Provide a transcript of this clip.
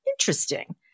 interesting